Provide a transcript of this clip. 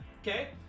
Okay